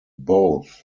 both